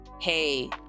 hey